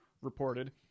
reported